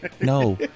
no